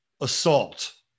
assault